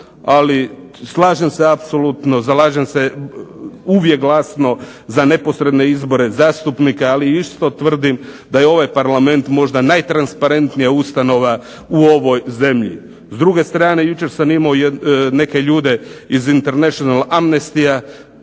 Slažem se apsolutno slažem se uvijek glasno za neposredne izbore zastupnika. Ali isto tvrdim da je ovaj Parlament najtrensparentnija ustanova u ovoj zemlji. S druge strane jučer sam imao neke ljudi iz International amnesty,